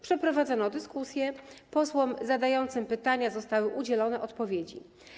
Przeprowadzono dyskusję, posłom zadającym pytania zostały udzielone odpowiedzi.